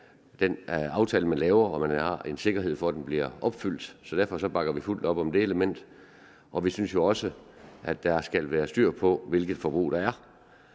den aftale, man laver, og at man har en sikkerhed for, at den bliver opfyldt. Så derfor bakker vi fuldt op om det element. Vi synes jo også, der skal være styr på, hvilket forbrug der er,